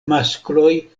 maskloj